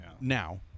Now